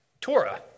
Torah